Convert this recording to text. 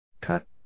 Cut